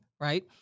right